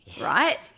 right